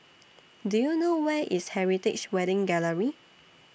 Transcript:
Do YOU know Where IS Heritage Wedding Gallery